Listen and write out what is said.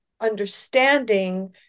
understanding